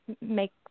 make